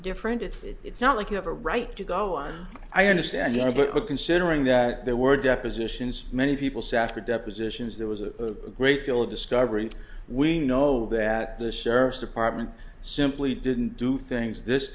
different it's it it's not like you have a right to go on i understand this but considering that there were depositions many people safir depositions there was a great deal of discovery we know that the sheriff's department simply didn't do things this